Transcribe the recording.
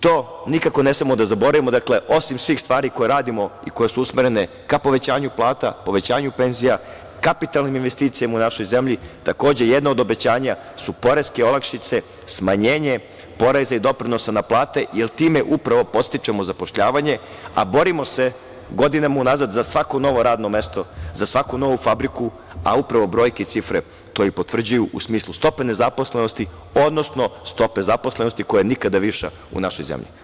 To nikako ne smemo da zaboravimo, dakle, osim svih stvari koje radimo i koje su usmerene ka povećanju plata, povećanju penzija, kapitalnim investicijama u našoj zemlji, takođe jedna od obećanja su poreske olakšice, smanjenje poreza i doprinosa na plate, jer time upravo podstičemo zapošljavanje, a borimo se godinama unazad za svako novo radno mesto, za svaku novu fabriku, a upravo brojke i cifre to i potvrđuju u smislu stope nezaposlenosti, odnosno stope zaposlenosti koja je nikada viša u našoj zemlji.